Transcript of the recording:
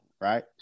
right